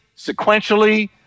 sequentially